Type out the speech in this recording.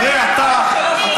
הרי אתה בעצם,